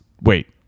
Wait